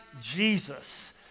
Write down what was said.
Jesus